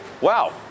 Wow